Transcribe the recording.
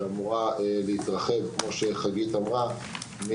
שכמו שחגית אמרה,